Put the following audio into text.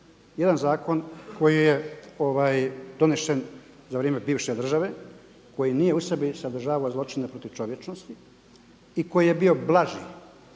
Jedan zakon koji je donesen za vrijeme bivše države, koji nije u sebi sadržavao zločine protiv čovječnosti i koji je bi blaži